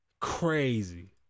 crazy